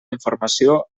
informació